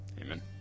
amen